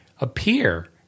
appear